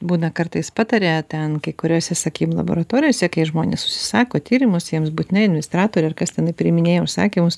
būna kartais pataria ten kai kuriose sakym laboratorijose kai žmonės užsisako tyrimus jiems būtinai administratorė ir kas tenai priiminėja užsakymus